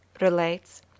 relates